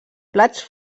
plats